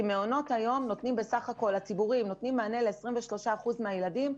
מעונות היום הציבוריים נותנים מענה ל-23% מהילדים,